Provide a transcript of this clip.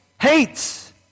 hates